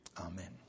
Amen